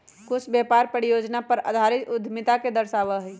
कुछ व्यापार परियोजना पर आधारित उद्यमिता के दर्शावा हई